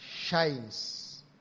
shines